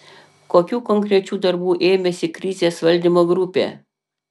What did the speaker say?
kokių konkrečių darbų ėmėsi krizės valdymo grupė